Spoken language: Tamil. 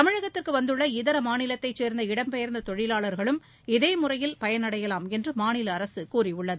தமிழகத்திற்கு வந்துள்ள இதர மாநிலத்தை சேர்ந்த இடம்பெயர்ந்த தொழிலாளர்களும் இதே முறையில் பயனடையலாம் என்று மாநில அரசு கூறியுள்ளது